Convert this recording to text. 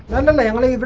and mailing but